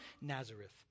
Nazareth